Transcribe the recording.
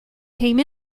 came